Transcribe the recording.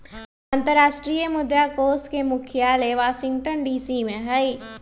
अंतरराष्ट्रीय मुद्रा कोष के मुख्यालय वाशिंगटन डीसी में हइ